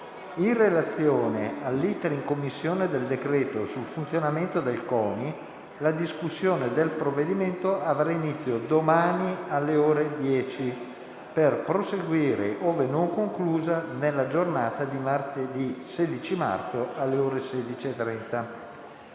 In relazione all'*iter* in Commissione del decreto-legge sul funzionamento del CONI, la discussione del provvedimento avrà inizio domani alle ore 10, per proseguire, ove non conclusa, nella giornata di martedì 16 marzo alle ore 16,30.